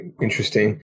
interesting